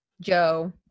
Joe